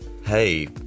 hey